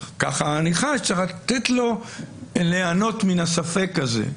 צריך לתת לו ליהנות מן הספק הזה.